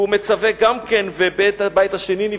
והוא מצווה גם כן, והבית השני נבנה.